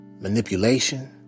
manipulation